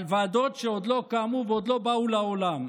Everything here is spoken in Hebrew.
על ועדות שעוד לא קמו ועוד לא באו לעולם?